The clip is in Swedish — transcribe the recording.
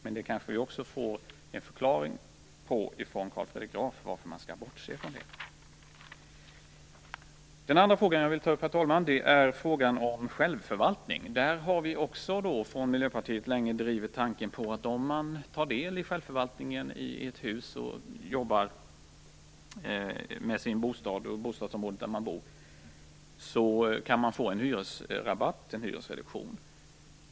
Men det får vi kanske också en förklaring på från Carl Herr talman! Den andra frågan jag vill ta upp gäller självförvaltning. Där har vi i Miljöpartiet också länge drivit tanken att de som tar del i självförvaltningen i ett hus och jobbar i bostadsområdet där de bor kan få en hyresreduktion.